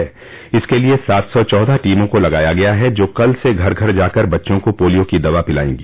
pulse polio दो इसके लिये सात सौ चौदह टीमों को लगाया गया है जो कल से घर घर जाकर बच्चों को पोलियो की दवा पिलायेंगी